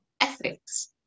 ethics